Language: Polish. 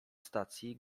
stacji